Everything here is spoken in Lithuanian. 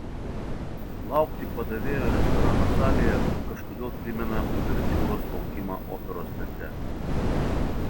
laukti padavėjo restorano salėje kažkodėl primena uvertiūros laukimą operos teatre